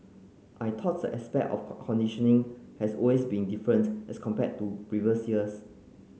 I thought the aspect of conditioning has always been different as compared to previous years